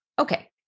Okay